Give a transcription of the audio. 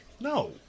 No